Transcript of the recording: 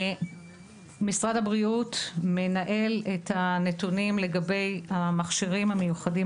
משרד הבריאות מנהל את הנתונים לגבי המכשירים המיוחדים